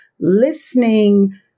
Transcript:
listening